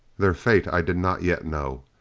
their fate i did not yet know.